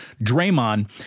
Draymond